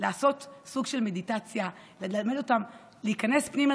לעשות סוג של מדיטציה וללמד אותם להיכנס פנימה,